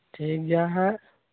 ᱴᱷᱤᱠᱜᱮᱭᱟ ᱦᱮᱸ